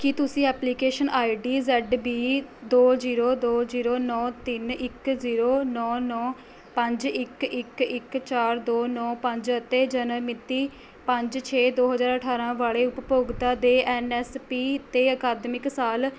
ਕੀ ਤੁਸੀਂ application I D Z B ਦੋ zero ਦੋ ਜੀਰੋ ਨੌ ਤਿੰਨ ਇੱਕ ਜ਼ੀਰੋ ਨੌ ਨੌ ਪੰਜ ਇੱਕ ਇੱਕ ਇੱਕ ਚਾਰ ਦੋ ਨੌ ਪੰਜ ਅਤੇ ਜਨਮ ਮਿਤੀ ਪੰਜ ਛੇ ਦੋ ਹਜਾਰ ਅਠਾਰਾਂ ਵਾਲੇ ਉਪਭੋਗਤਾ ਦੇ ਐਨ ਐਸ ਪੀ ਅਤੇ ਅਕਾਦਮਿਕ ਸਾਲ